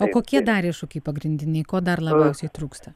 o kokie dar iššūkiai pagrindiniai ko dar labiausiai trūksta